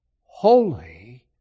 holy